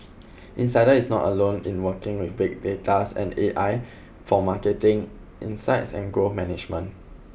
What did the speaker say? insider is not alone in working with big data and A I for marketing insights and growth management